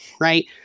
Right